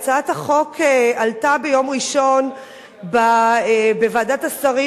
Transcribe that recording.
הצעת החוק עלתה ביום ראשון בוועדת השרים